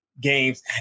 games